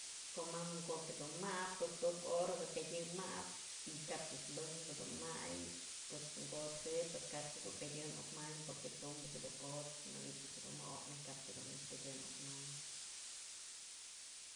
Komam ko'ok yëdun mabë tuktukë hora pedyë mabë y kap ëch mëbëbnëbë dun mayë, koch kot's jëbyë pues kap ëch jedun pedyë nuk manë porque tumbëch jedun kot's manytë ëch jedun mo'onë kap jedun pedyë nuk manë.